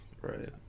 Right